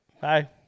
Hi